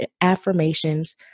affirmations